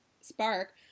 spark